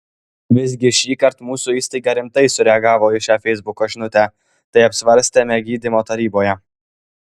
visgi šįkart mūsų įstaiga rimtai sureagavo į šią feisbuko žinutę tai apsvarstėme gydymo taryboje